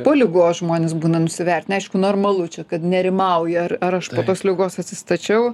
po ligos žmonės būna nusivertinę aišku normalu čia kad nerimauja ar ar aš tos ligos atsistačiau